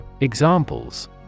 Examples